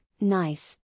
Nice